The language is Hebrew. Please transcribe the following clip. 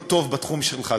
להיות טוב בתחום שלך,